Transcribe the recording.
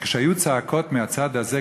שכשהיו צעקות מהצד הזה,